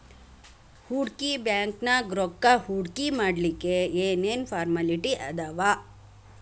ಹೂಡ್ಕಿ ಬ್ಯಾಂಕ್ನ್ಯಾಗ್ ರೊಕ್ಕಾ ಹೂಡ್ಕಿಮಾಡ್ಲಿಕ್ಕೆ ಏನ್ ಏನ್ ಫಾರ್ಮ್ಯಲಿಟಿ ಅದಾವ?